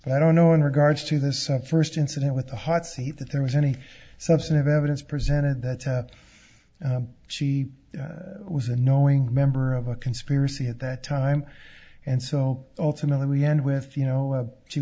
but i don't know in regards to this first incident with the hot seat that there was any substantive evidence presented that she was a knowing member of a conspiracy at that time and so ultimately we end with you know a she